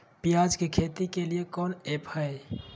प्याज के खेती के लिए कौन ऐप हाय?